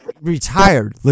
retired